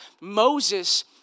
Moses